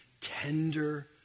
tender